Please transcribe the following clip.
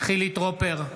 חילי טרופר,